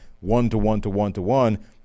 one-to-one-to-one-to-one